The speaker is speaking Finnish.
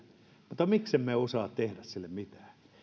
mutta miksi emme osaa tehdä sille mitään